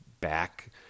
back